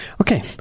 Okay